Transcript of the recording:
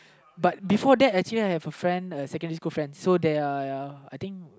but before that actually I have a friend uh secondary school friend so they're I think